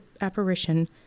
apparition